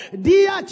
Dear